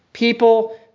People